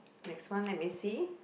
next one let me see